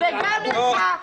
סליחה אדוני, יש לנו מדינה.